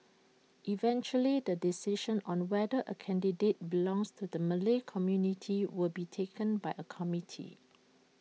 eventually the decision on whether A candidate belongs to the Malay community will be taken by A committee